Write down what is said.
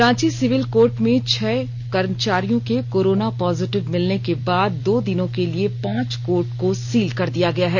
Ranchi civil court में छह कर्मचारियों के कोराना पॉजिटिव मिलने के बाद दो दिनों के लिए पांच कोर्ट को सील कर दिया गया है